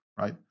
right